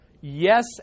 Yes